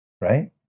right